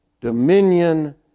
dominion